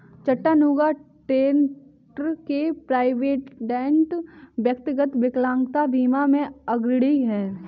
Chattanooga, Tenn के Provident, व्यक्तिगत विकलांगता बीमा में अग्रणी हैं